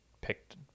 picked